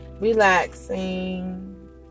relaxing